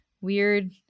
weird